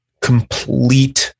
complete